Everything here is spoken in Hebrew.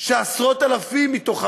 שעשרות אלפים מהם,